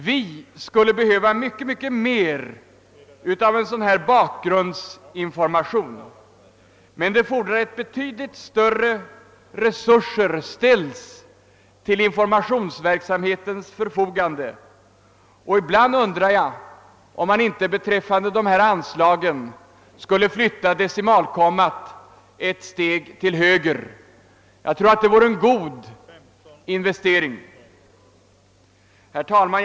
Vi skulle behöva mycket, mycket mer av en sådan här bakgrundsinformation, men det fordrar att betydligt större resurser ställs till informationsverksamhetens förfogande. Och ibland undrar jag om man inte beträffande dessa anslag skulle flytta decimalkommat ett steg till höger — jag tror att det vore en god investering. Herr talman!